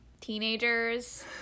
teenagers